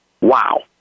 wow